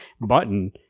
button